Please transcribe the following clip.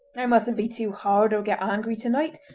i mustn't be too hard or get angry tonight!